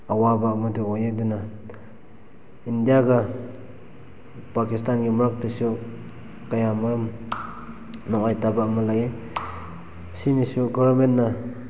ꯑꯋꯥꯕ ꯑꯃꯗ ꯑꯣꯏꯌꯦ ꯑꯗꯨꯅ ꯏꯟꯗꯤꯌꯥꯒ ꯄꯥꯀꯤꯁꯇꯥꯟꯒꯤ ꯃꯔꯛꯇꯁꯨ ꯀꯌꯥꯃꯔꯨꯝ ꯅꯨꯡꯉꯥꯏꯇꯕ ꯑꯃ ꯂꯩꯌꯦ ꯁꯤꯅꯁꯨ ꯒꯣꯔꯃꯦꯟꯅ